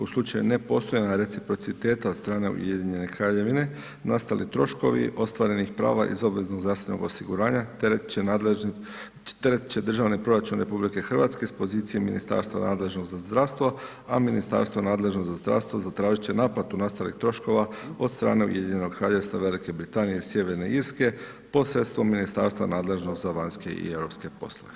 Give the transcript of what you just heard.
U slučaju nepostojanja reciprociteta od strane Ujedinjene Kraljevine nastali troškovi ostvarenih prava iz obveznog zdravstvenog osiguranja teret će Državni proračun Republike Hrvatske iz pozicije ministarstva nadležnog za zdravstvo, a ministarstvo nadležno za zdravstvo zatražit će naplatu nastalih troškova od strane Ujedinjenog Kraljevstva Velike Britanije i Sjeverne Irske posredstvom Ministarstva nadležnog za vanjske i europske poslove.